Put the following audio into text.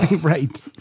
Right